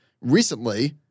recently